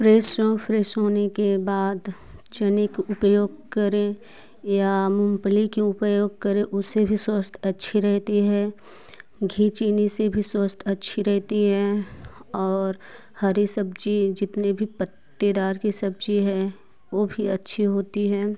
fresh हो fresh होने के बाद चने का उपयोग करें या मूंगफली कि उपयोग करें उससे भी स्वास्थ अच्छी रहती है घी चीनी से भी स्वास्थ अच्छी रहती है और हरी सब्ज़ी जितनी भी पत्तेदार की सब्ज़ी है वो भी अच्छी होती हैं